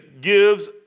gives